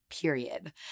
period